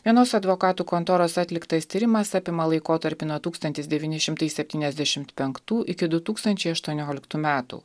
vienos advokatų kontoros atliktas tyrimas apima laikotarpį nuo tūkstantis devyni šimtai septyniasdešimt penktų iki du tūkstančiai aštuonioliktų metų